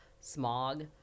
smog